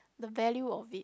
the value of it